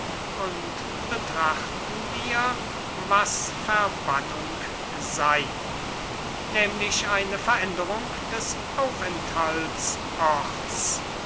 und betrachten wir was verbannung sei nämlich eine veränderung des